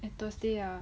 and thursday ah